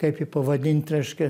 kaip jį pavadint reiškia